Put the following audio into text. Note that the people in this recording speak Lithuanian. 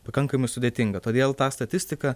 pakankamai sudėtinga todėl tą statistiką